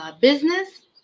business